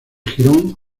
jirón